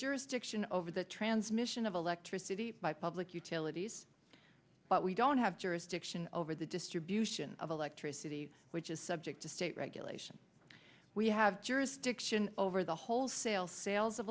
jurisdiction over the transmission of electricity by public utilities but we don't have jurisdiction over the distribution of electricity which is subject to state regulation we have jurisdiction over the wholesale sales of